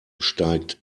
steigt